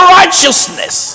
righteousness